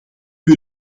wil